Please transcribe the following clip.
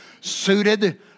suited